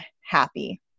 happy